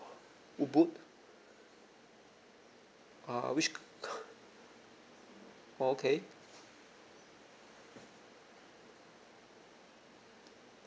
err which okay